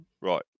Right